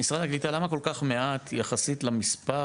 משרד הקליטה, למה כל כך מעט ביחס למספר